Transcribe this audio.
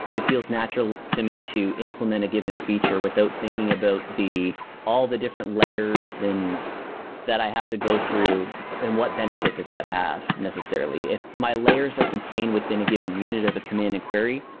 it feels natural to me to implement a given feature without thinking about all the different layers and that i have to go through and what benefit does that have necessarily. if my layers are contained within a given unit of a command and query,